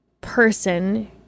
person